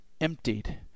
emptied